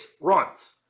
runs